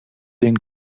den